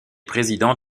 président